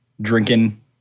drinking